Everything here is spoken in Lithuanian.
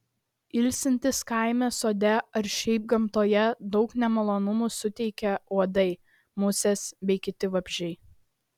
ilsintis kaime sode ar šiaip gamtoje daug nemalonumų suteikia uodai musės bei kiti vabzdžiai